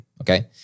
okay